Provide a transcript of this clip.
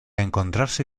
encontrarse